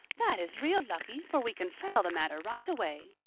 that is real lucky, for we can settle the matter right away.